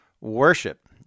worship